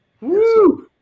Woo